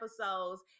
episodes